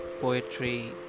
poetry